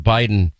Biden